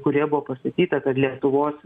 kurioje buvo pasakyta kad lietuvos